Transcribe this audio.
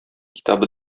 китабы